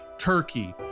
Turkey